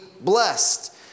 blessed